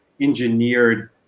engineered